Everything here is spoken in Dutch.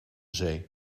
zee